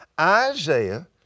Isaiah